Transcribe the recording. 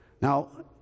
Now